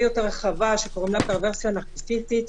יותר רחבה שקוראים לה פרוורסיה נרקיסיסטית.